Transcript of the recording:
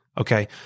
Okay